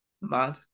mad